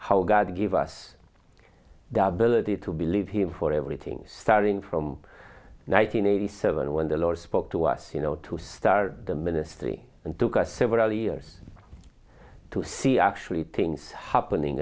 how god gave us the ability to believe him for everything starting from nine hundred eighty seven when the lord spoke to us you know to start the ministry and took us several years to see actually things happening